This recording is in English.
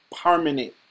permanent